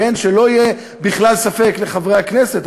שלא יהיה בכלל ספק לחברי הכנסת,